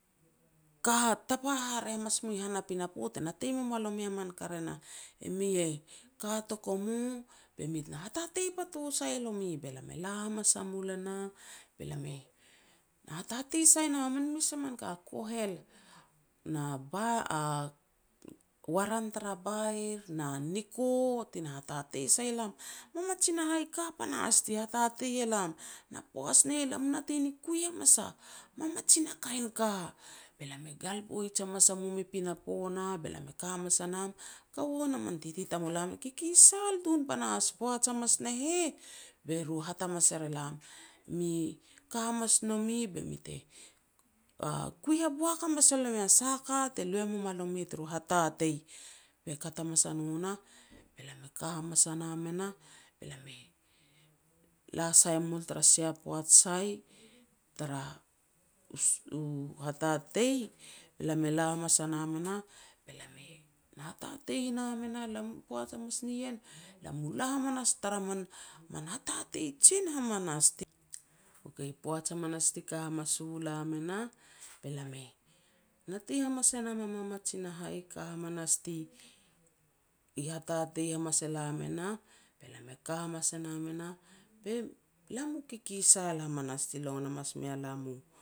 ka tapa haraeh mas mui han a pinapo te natei me mua lomi a min ka re nah. Emi e ka tuku mu, be mi te na natei patu sai no mi. Be lam e la hamas a mul e nah, be lam na hatatei sai nom a min mes a min ka, kohel, a waran tara bair, na niko ti na hatatei sai e lam. Mamajin a hai ka panahas ti hatatei e lam, na poaj ne heh lam natei ni kui hamas a mamjin a kain ka. Be lam e gal poij hamas a mum i pinapo nah, be lam e ka hamas a nam kaua na min titi tamulam kikisal tun panahas. Poaj hamas ne heh be ru hat hamas er e lam, me ka hamas nomi be mi te kui haboak hamas e lomi sah a ka te lui e mum a lomi turu hatatei. Be kat hamas a no nah, be lam e ka hamas a nam e nah, be lam e la sai mul tara sia poaj sai, tara u hatatei, be lam e la hamas a nam e nah, be hatatei nam e nah. Poaj hamas ne nah lam mu la hamas tara min hatatei jen hamanas. Okei, poaj hamanas ti ka hamanas u lam e nah, be lam e natei hamas e nam a mamajin a hai ka hamanas ti hatatei hamas elam e nah, be lam e ka hamas a nam e nah, be lam mu kikisal hamanas ti longon hamas mea lam u